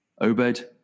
Obed